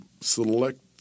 select